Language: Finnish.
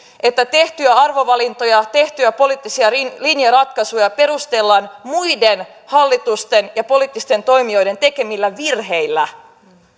että tehtyjä arvovalintoja tehtyjä poliittisia linjaratkaisuja perustellaan muiden hallitusten ja poliittisten toimijoiden tekemillä virheillä